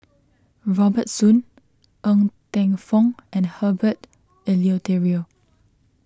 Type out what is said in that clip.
Robert Soon Ng Teng Fong and Herbert Eleuterio